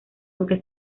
aunque